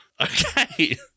Okay